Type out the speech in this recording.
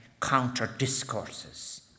counter-discourses